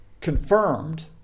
confirmed